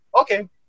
okay